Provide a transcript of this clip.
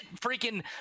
freaking